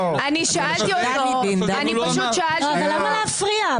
אני פשוט שאלתי אותו -- אבל למה להפריע?